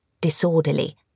disorderly